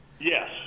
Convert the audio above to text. Yes